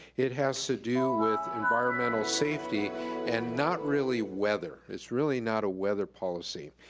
it has to do with environmental safety and not really weather. it's really not a weather policy.